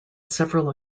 several